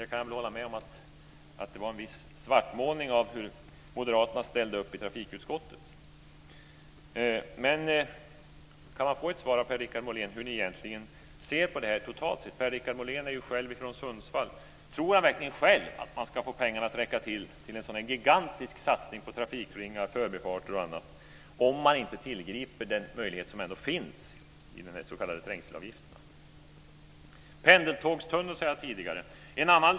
Jag kan hålla med om att det var en viss svartmålning av hur moderaterna ställde upp i trafikutskottet. Men kan jag få ett svar av Per-Richard Molén om hur moderaterna egentligen ser på det här totalt sett. Per-Richard Molén är ju själv från Sundsvall. Tror han verkligen att man ska få pengarna att räcka till en så här gigantisk satsning på trafikringar, förbifarter och annat om man inte tillgriper den möjlighet som finns i de s.k. trängselavgifterna? Jag nämnde tidigare en pendeltågstunnel.